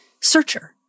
Searcher